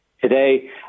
Today